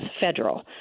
federal